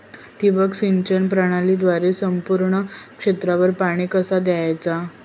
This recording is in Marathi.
ठिबक सिंचन प्रणालीद्वारे संपूर्ण क्षेत्रावर पाणी कसा दयाचा?